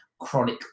chronic